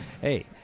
Hey